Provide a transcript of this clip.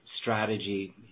strategy